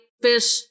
Fish